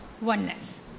oneness